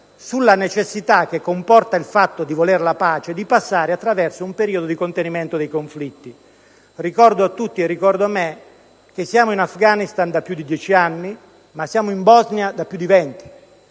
sulla necessità, che comporta il fatto di volere la pace, di passare attraverso un periodo di contenimento dei conflitti. Ricordo a tutti e a me stesso che siamo in Afghanistan da più di dieci anni, in Bosnia da più di venti